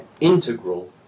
integral